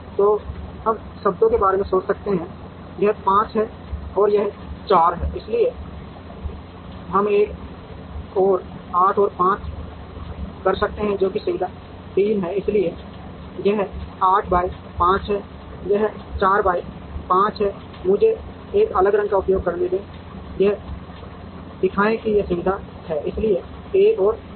तो हम शब्दों के बारे में सोच सकते हैं यह 5 है और यह 4 है इसलिए हम एक और 8 को 5 कर सकते हैं जो कि सुविधा 3 है इसलिए यह 8 बाई 5 है यह 4 बाई 5 है मुझे एक अलग रंग का उपयोग करने दें यह दिखाएं कि ये सुविधाएं हैं इसलिए 1 और 3